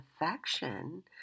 affection